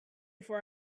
for